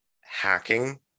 hacking